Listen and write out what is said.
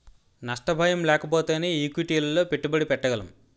నష్ట భయం లేకపోతేనే ఈక్విటీలలో పెట్టుబడి పెట్టగలం